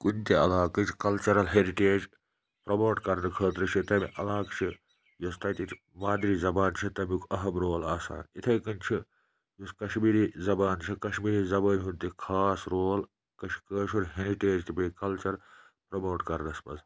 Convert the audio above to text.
کُنہِ تہِ علاقٕچ کَلچرَل ہیٚرِٹیج پرٛموٹ کَرنہٕ خٲطرٕ چھِ تمہِ علاقچہٕ یۄس تَتچ مادری زَبان چھِ تَمیُک اَہم رول آسان اِتھَے کٔنۍ چھِ یُس کَشمیٖری زَبان چھِ کَشمیٖری زبٲنۍ ہُنٛد تہِ خاص رول کٲشُر ہٮ۪رِٹیج تہٕ بیٚیہِ کَلچَر پرموٹ کَرنَس منٛز